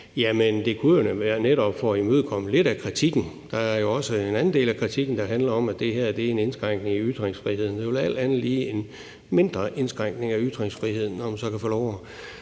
det kunne være netop for at imødekomme lidt af kritikken. Der er jo også en anden del af kritikken, der handler om, at det her er en indskrænkning i ytringsfriheden. Det er alt andet lige end mindre indskrænkning af ytringsfriheden, når man så kan få lov